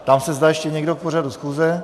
Ptám se, zda ještě někdo k pořadu schůze.